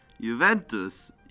Juventus